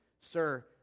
sir